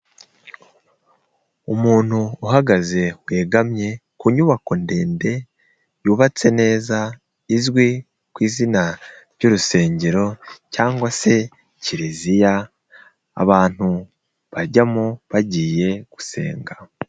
Umuntu uhagaze wegamye ku nyubako ndende, yubatse neza izwi ku izina ry'Urusengero cyangwa se Kiliziya abantu bajyamo bagiye gusenga.